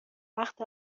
وقت